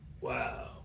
Wow